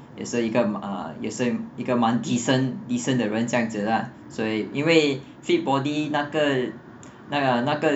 也是一个也是一个蛮 decent decent 的人这样子 lah 所以因为 fit body 那个那那个 uh